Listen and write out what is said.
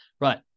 right